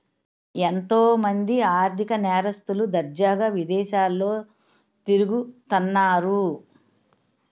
ఎంతో మంది ఆర్ధిక నేరస్తులు దర్జాగా విదేశాల్లో తిరుగుతన్నారు